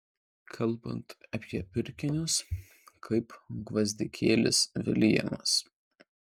kalbant apie pirkinius kaip gvazdikėlis viljamas